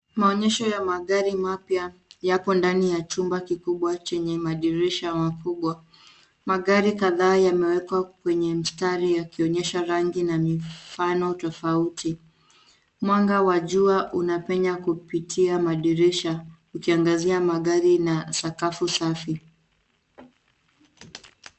Maonyesho ya magari mapya yapo ndani ya chumba kikubwa chenye madirisha makubwa. Magari kadhaa yameekwa kwenye mstari yakionyesha rangi na mifano tofauti. Mwanga wa jua unapenya kupitia madirisha ikiangazia magari na sakafu safi.